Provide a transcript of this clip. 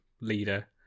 leader